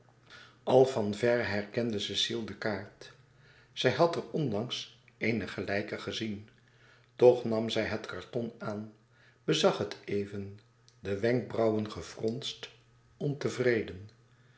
al van verre herkende cecile de kaart zij had er onlangs een gelijke gezien toch nam zij het karton aan bezag het even de wenkbrauwen gefronsd ontevreden